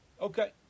Okay